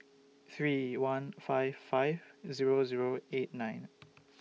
three one five five Zero Zero eight nine